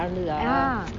நடந்தது:nadanthathu